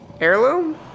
Heirloom